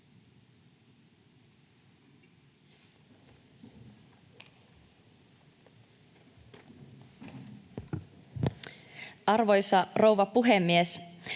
Arvoisa rouva puhemies!